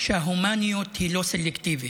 שההומניות היא לא סלקטיבית.